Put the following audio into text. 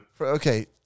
okay